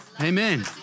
Amen